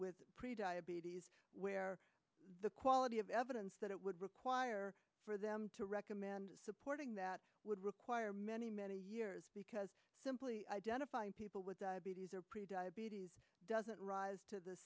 with pre diabetes where the quality of evidence that it would require for them to recommend supporting that would require many many years because simply identifying people with diabetes or pre diabetes doesn't rise to